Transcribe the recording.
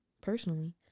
personally